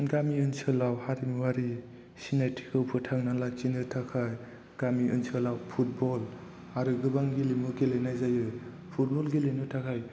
गामि ओनसोलाव हारिमुवारि सिनायथिखौ फोथांना लाखिनो थाखाय गामि ओनसोलाव फुटबल आरो गोबां गेलेमु गेलेनाय जायो फुटबल गेलेनो थाखाय